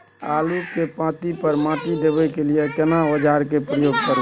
आलू के पाँति पर माटी देबै के लिए केना औजार के प्रयोग करू?